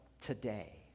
today